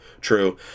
true